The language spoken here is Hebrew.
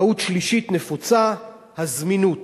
טעות שלישית נפוצה, הזמינות.